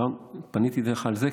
פניתי אליך על זה,